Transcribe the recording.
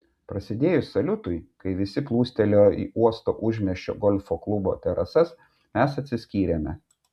prasidėjus saliutui kai visi plūstelėjo į uosto užmiesčio golfo klubo terasas mes atsiskyrėme